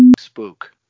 spook